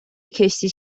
کشتی